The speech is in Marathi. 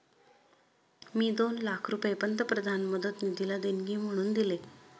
मी दोन लाख रुपये पंतप्रधान मदत निधीला देणगी म्हणून दिले